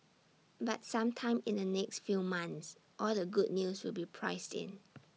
but sometime in the next few months all the good news will be priced in